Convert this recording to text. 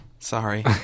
Sorry